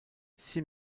six